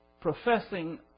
professing